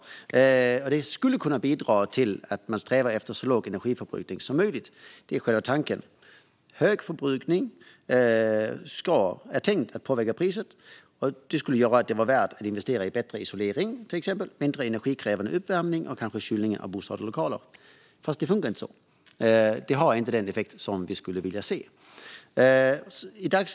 Det skulle kunna bidra till att man strävar efter så låg energiförbrukning som möjligt. Det är själva tanken. Hög förbrukning är tänkt att påverka priset. Det skulle göra att det var värt att till exempel investera i bättre isolering, mindre energikrävande uppvärmning och kanske kylning av bostad och lokaler. Men det fungerar inte så. Det har inte den effekt som vi skulle vilja se.